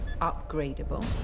upgradable